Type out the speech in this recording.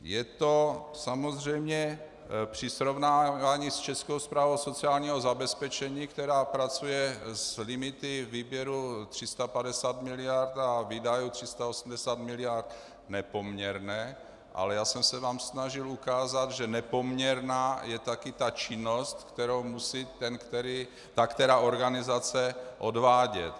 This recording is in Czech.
Je to samozřejmě při srovnávání s Českou správou sociálního zabezpečení, která pracuje s limity výběru 350 mld. a výdajů 380 mld., nepoměrné, ale já jsem se vám snažil ukázat, že nepoměrná je taky ta činnost, kterou musí ta která organizace odvádět.